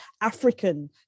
African